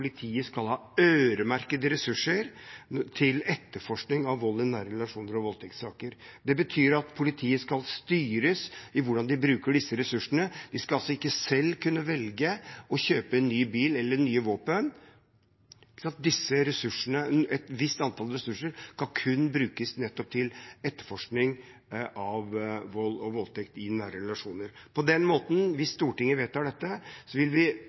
skal ha øremerkede ressurser til etterforskning av vold i nære relasjoner og voldtektssaker. Det betyr at politiet skal styres i hvordan de bruker disse ressursene. De skal altså ikke selv kunne velge å kjøpe en ny bil eller nye våpen. Et visst antall ressurser skal kun brukes til etterforskning av vold og voldtekt i nære relasjoner. Hvis Stortinget vedtar dette, vil vi